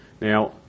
Now